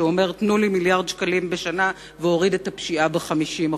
שאומר: תנו לי מיליארד שקלים בשנה ואוריד את הפשיעה ב-50%.